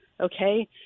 okay